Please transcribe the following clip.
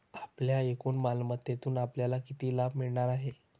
आपल्या एकूण मालमत्तेतून आपल्याला किती लाभ मिळणार आहे?